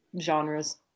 genres